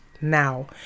now